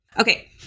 Okay